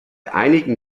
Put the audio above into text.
einigen